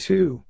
Two